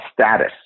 status